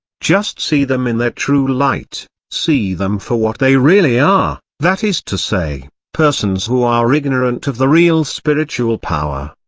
just see them in their true light, see them for what they really are, that is to say, persons who are ignorant of the real spiritual power.